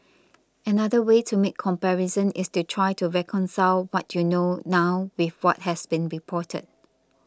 another way to make comparisons is to try to reconcile what you know now with what has been reported